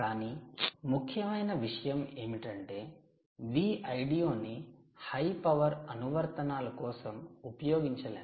కానీ ముఖ్యమన విషయం ఏమిటంటే Vldo ని హై పవర్ అనువర్తనాల కోసం ఉపయోగించలేను